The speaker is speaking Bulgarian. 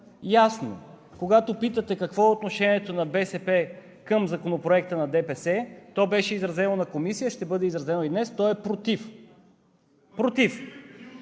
ясно, когато питате какво е отношението на БСП към Законопроекта на ДПС, то беше изразено на Комисията, ще бъде изразено и днес – то е „против“. Против!